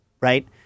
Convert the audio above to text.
right